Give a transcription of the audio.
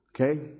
Okay